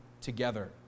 together